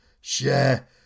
share